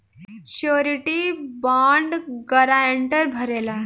surety bond guarantor भरेला